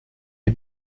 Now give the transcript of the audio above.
les